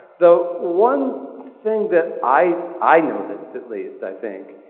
though one thing that i i noticed at least, i think,